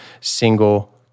single